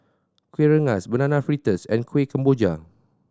Kueh Rengas Banana Fritters and Kuih Kemboja